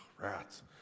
rats